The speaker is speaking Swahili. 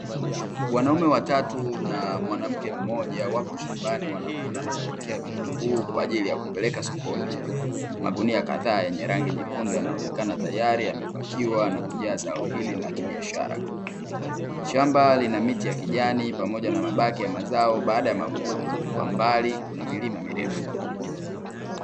Wanaume watatu na mwanamke mmoja wako shambani wanavuna na kupakia vitunguu kwaajili ya kupeleka sokoni. Magunia kadhaa yenye rangi nyekundu yanaonekana tayari yamepakiwa na kujaa zao hili la kibiashara. Shamba lina miti ya kijani pamoja na mabaki ya mazao baada ya mavuno, kwa mbali kuna milima mirefu.